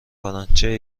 کنن، چه